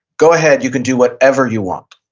go ahead. you can do whatever you want.